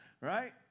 Right